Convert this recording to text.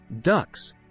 Ducks